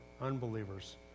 unbelievers